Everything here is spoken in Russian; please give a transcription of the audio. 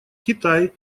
китай